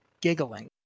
giggling